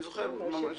אני זוכר ממש.